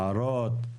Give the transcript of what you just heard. הערות,